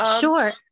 Sure